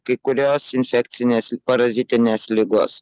kai kurios infekcinės parazitinės ligos